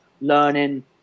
learning